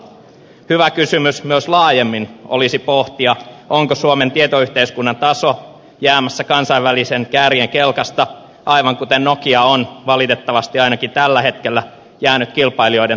hyvä kysymys myös laajemmin olisi pohtia onko suomen tietoyhteiskunnan taso jäämässä kansainvälisen kärjen kelkasta aivan kuten nokia on valitettavasti ainakin tällä hetkellä jäänyt kilpailijoiden taakse